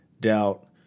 doubt